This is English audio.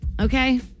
Okay